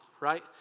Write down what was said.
right